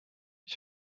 ich